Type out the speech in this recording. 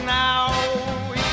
now